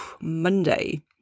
Monday